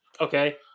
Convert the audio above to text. Okay